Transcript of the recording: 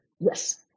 Yes